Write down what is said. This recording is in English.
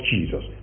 Jesus